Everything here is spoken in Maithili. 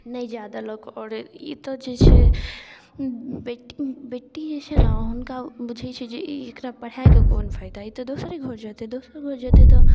नहि जाए देलक आओर ई तऽ जे छै बेटी बेटी जे छै ने हुनका बुझै छै जे ई एकरा पढ़ाइएके कोन फाइदा ई तऽ दोसरे घर जेतै दोसर घर जेतै तऽ